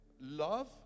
Love